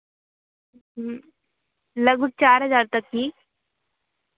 ह्म्म लगभग चार हज़ार तक की